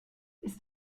ist